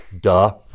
Duh